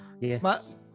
Yes